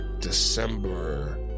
December